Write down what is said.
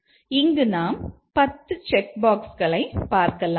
இங்கு நாம் 10 செக்பாக்ஸ்களை பார்க்கலாம்